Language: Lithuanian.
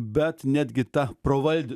bet netgi ta provaldi